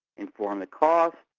inform the cost,